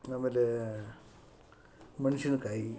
ಆಮೇಲೆ ಮೆಣಸಿನಕಾಯಿ